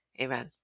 Amen